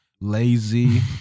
Lazy